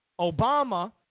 Obama